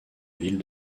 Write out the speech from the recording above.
ville